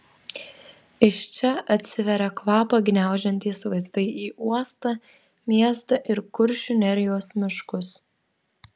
iš čia atsiveria kvapą gniaužiantys vaizdai į uostą miestą ir kuršių nerijos miškus